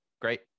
Great